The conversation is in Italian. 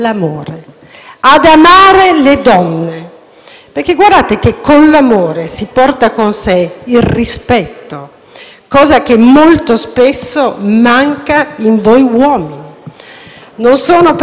le donne, perché l'amore porta con sé il rispetto, che molto spesso manca in voi uomini. Non sono parole mie, ma si è sempre detto